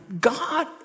God